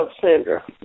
Sandra